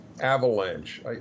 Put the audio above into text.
avalanche